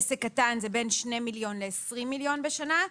עסק קטן הוא בין 2 מיליון ל-20 מיליון שקלים בשנה.